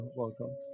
welcome